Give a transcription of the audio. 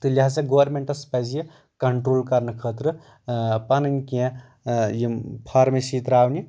تہٕ لِہذا گورمیٚنٛٹس پَزِ یہِ کَنٹرول کَرنہٕ خٲطرٕ پَنٕنۍ کیٚنٛہہ یِم فارمیسی تراونہِ